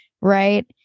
right